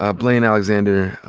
ah blayne alexander,